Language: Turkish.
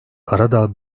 karadağ